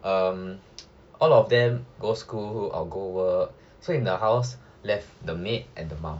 mm all of them go school or go work so in the house left the maid and the mum